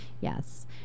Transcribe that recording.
Yes